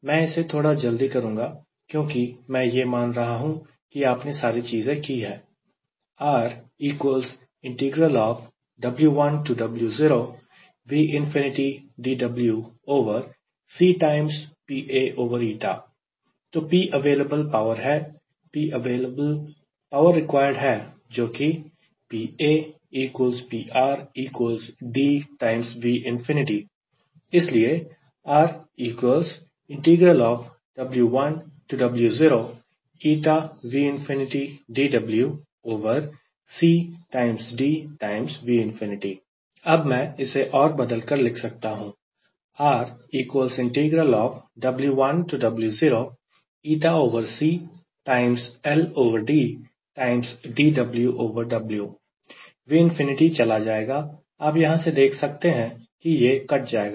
मैं इसे थोड़ा जल्दी करूंगा क्योंकि मैं यह मान रहा हूं कि आपने यह सारी चीजें की है तो P available पावर है P available power required है जो कि इसलिए अब मैं इसे और बदल कर लिख सकता हूं 𝑉ꝏ चला जाएगा आप यहां से देख सकते हैं कि यह कट जाएगा